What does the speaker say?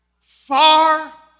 Far